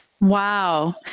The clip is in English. Wow